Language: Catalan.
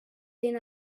ten